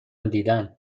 دیدم